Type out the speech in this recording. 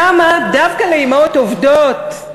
כמה דווקא לאימהות עובדות,